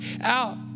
out